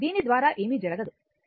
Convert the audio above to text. కాబట్టి 0